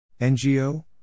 NGO